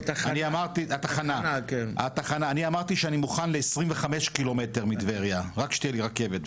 אני אמרתי שאני מוכן ל-25 קילומטר מטבריה רק שתהיה לי רכבת,